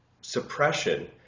suppression